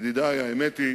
ידידי, האמת היא